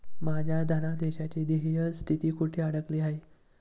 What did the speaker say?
माझ्या धनादेशाची देय स्थिती कुठे अडकली आहे?